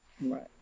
Right